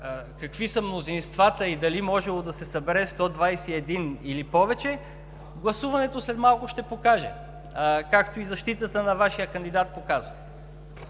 какви са мнозинствата и дали можело да се събере 121 или повече, гласуването след малко ще покаже, както и защитата на Вашия кандидат показва.